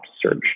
search